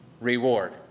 reward